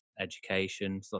education